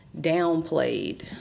downplayed